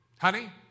Honey